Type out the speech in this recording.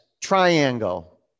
triangle